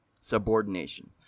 subordination